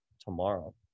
tomorrow